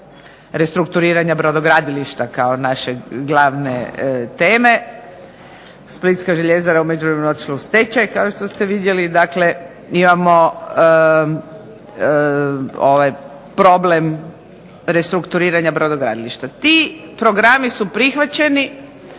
Restrukturiranja brodogradilišta kao naše glavne teme, Splitska željezara je u međuvremenu otišla u stečaj kao što ste vidjeli, dakle imamo problem restrukturiranja brodogradilišta. Ti programi su prihvaćeni,